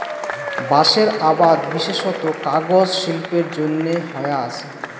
বাঁশের আবাদ বিশেষত কাগজ শিল্পের জইন্যে হয়া আচে